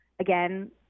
again